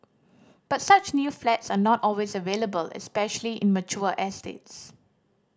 but such new flats are not always available especially in mature estates